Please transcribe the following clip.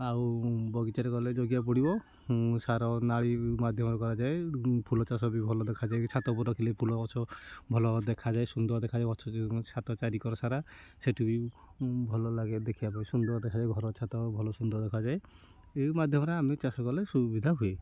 ଆଉ ବଗିଚାରେ କଲେ ଜଗିବାକୁ ପଡ଼ିବ ସାର ନାଳି ମାଧ୍ୟମରେ କରାଯାଏ ଫୁଲ ଚାଷ ବି ଭଲ ଦେଖାଯାଏ ଛାତ ଉପରେ ରଖିଲେ ଫୁଲ ଗଛ ଭଲ ଦେଖାଯାଏ ସୁନ୍ଦର ଦେଖାଯାଏ ଗଛ ଘର ଛାତ ଚାରି କର ସାରା ସେଠି ବି ଭଲ ଲାଗେ ଦେଖିବା ପାଇଁ ସୁନ୍ଦର ଦେଖାଯାଏ ଘର ଛାତ ଭଲ ସୁନ୍ଦର ଦେଖାଯାଏ ଏଇ ମାଧ୍ୟମରେ ଆମେ ଚାଷ କଲେ ସୁବିଧା ହୁଏ